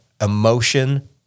emotion